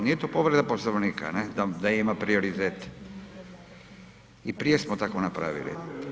Nije to povreda Poslovnika da ima prioritet i prije smo tako napravili.